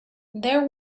there